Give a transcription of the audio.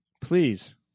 please